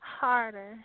harder